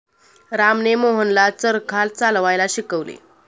रामने मोहनला चरखा चालवायला शिकवले